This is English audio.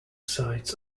sites